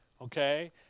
okay